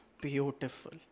beautiful